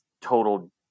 total